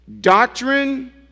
doctrine